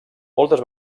moltes